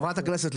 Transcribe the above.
חברת הכנסת,